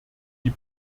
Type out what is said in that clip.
die